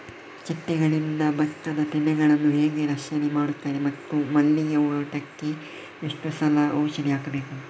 ಚಿಟ್ಟೆಗಳಿಂದ ಭತ್ತದ ತೆನೆಗಳನ್ನು ಹೇಗೆ ರಕ್ಷಣೆ ಮಾಡುತ್ತಾರೆ ಮತ್ತು ಮಲ್ಲಿಗೆ ತೋಟಕ್ಕೆ ಎಷ್ಟು ಸಲ ಔಷಧಿ ಹಾಕಬೇಕು?